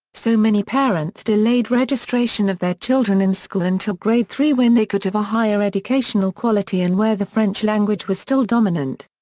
so many parents delayed registration of their children in school until grade three when they could have a higher educational quality and where the french language was still dominant.